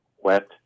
wet